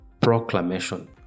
Proclamation